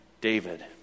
David